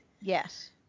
Yes